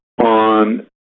on